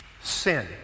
sin